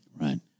Right